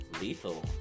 lethal